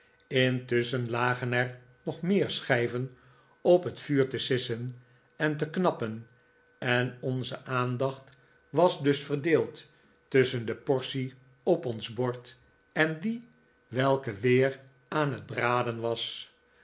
intusschen lagen er nog meer schijven op het vuur te sissen en te knappen en onze aandacht was dus verdeeld tusschen de portie op ons bord en die welke weer aan het braden was